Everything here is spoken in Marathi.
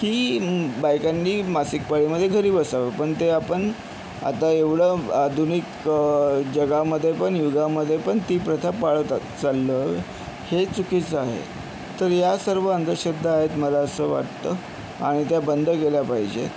की बायकांनी मासिकपाळीमध्ये घरी बसावं पण ते आपण आता एवढं आधुनिक जगामध्ये पण युगामध्ये पण ती प्रथा पाळतच चाललोय हे चुकीचं आहे तर या सर्व अंधश्रद्धा आहेत मला असं वाटतं आणि त्या बंद केल्या पाहिजे